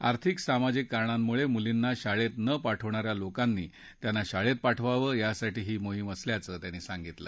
आर्थिक सामाजिक कारणांमुळे मुलींना शाळेत न पाठवणाऱ्या लोकांनी त्यांना शाळेत पाठवावं यासाठी ही मोहीम असल्याचं त्यांनी सांगितलं